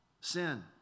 sin